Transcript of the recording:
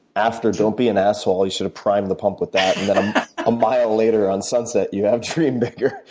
after don't be an asshole, you sort of prime the pump with that and then a mile later on sunset, you have dream bigger.